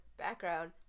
background